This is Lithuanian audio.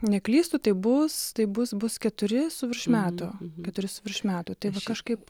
neklystu tai bus tai bus bus keturi su virš metų keturi su virš metų tai va kažkaip